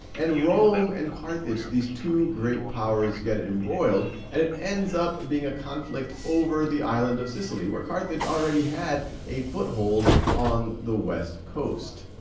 and rome and carthage, these two great powers get embroiled and it ends up being a conflict over the island of sicily where carthage already had a foothold on the west coast.